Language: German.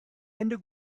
ende